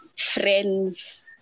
friends